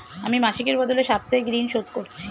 আমি মাসিকের বদলে সাপ্তাহিক ঋন শোধ করছি